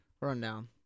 rundown